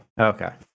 Okay